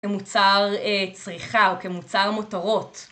כמוצר צריכה או כמוצר מותרות.